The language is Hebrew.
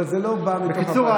בקיצור,